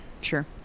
Sure